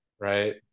right